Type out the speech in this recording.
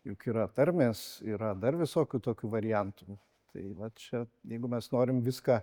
juk yra tarmės yra dar visokių tokių variantų tai vat čia jeigu mes norim viską